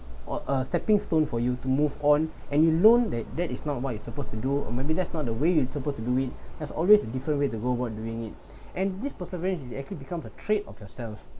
or a stepping stone for you to move on and you learn that that is not what you supposed to do or maybe that's not the way you supposed to do it there's always a different way to go what you doing it and this perseverance you actually become a trait of yourself